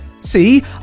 See